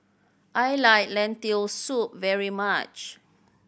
I like Lentil Soup very much